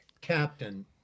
captain